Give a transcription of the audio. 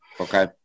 Okay